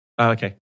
okay